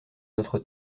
notre